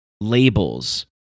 labels